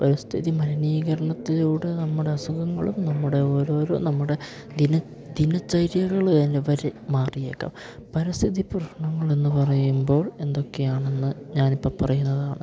പരിസ്ഥിതി മലിനീകരണത്തിലൂടെ നമ്മുടെ അസുഖങ്ങളും നമ്മുടെ ഓരോരോ നമ്മുടെ ദിനചര്യകൾ തന്നെ വരെ മാറിയേക്കാം പരിസ്ഥിതി പ്രശ്നങ്ങൾ എന്നു പറയുമ്പോൾ എന്തൊക്കെയാണെന്ന് ഞാൻ ഇപ്പം പറയുന്നതാണ്